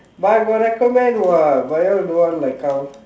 but I got recommend what but you all don't want like come